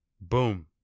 boom